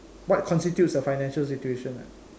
what constitutes a financial situations lah